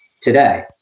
today